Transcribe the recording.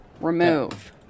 Remove